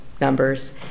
numbers